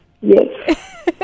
Yes